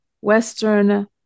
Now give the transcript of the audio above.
Western